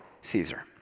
Caesar